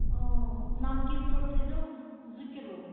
اۭں نمکیٖن ژوٚٹ تھٲیزیو زٕ کِلوٗ